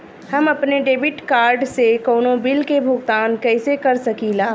हम अपने debit card से कउनो बिल के भुगतान कइसे कर सकीला?